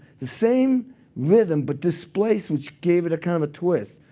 the same rhythm, but displaced, which gave it a kind of a twist.